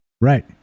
right